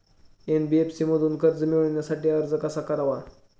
NBFC मधून कर्ज मिळवण्यासाठी अर्ज कसा करावा?